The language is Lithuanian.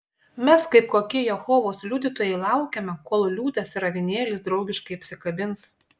mes kaip kokie jehovos liudytojai laukiame kol liūtas ir avinėlis draugiškai apsikabins